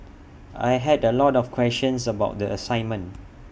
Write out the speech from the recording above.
I had A lot of questions about the assignment